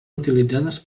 utilitzades